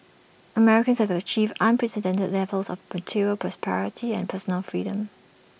Americans have achieved unprecedented levels of material prosperity and personal freedom